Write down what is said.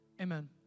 amen